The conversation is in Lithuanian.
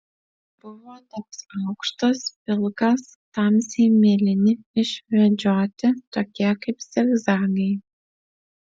buvo toks aukštas pilkas tamsiai mėlyni išvedžioti tokie kaip zigzagai